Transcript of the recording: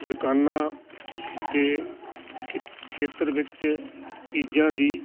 ਦੁਕਾਨਾਂ ਦੇ ਖੀ ਖੇਤਰ ਵਿੱਚ ਚੀਜ਼ਾਂ ਦੀ